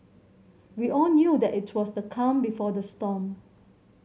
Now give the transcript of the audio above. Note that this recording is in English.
we all knew that it was the calm before the storm